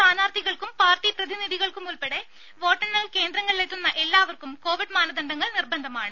സ്ഥാനാർത്ഥികൾക്കും party പ്രതിനിധികൾക്കും ഉൾപ്പെടെ വോട്ടെണ്ണൽ കേന്ദ്രത്തിലെത്തുന്ന എല്ലാവർക്കും കോവിഡ് മാനദണ്ഡങ്ങൾ നിർബന്ധമാണ്